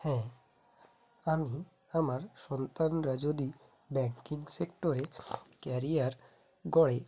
হ্যাঁ আমি আমার সন্তানরা যদি ব্যাঙ্কিং সেক্টরে ক্যারিয়ার গড়ে